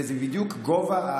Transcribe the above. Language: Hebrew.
וזה בדיוק גובה,